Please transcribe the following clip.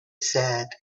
said